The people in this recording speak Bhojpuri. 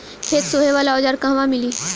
खेत सोहे वाला औज़ार कहवा मिली?